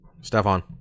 Stefan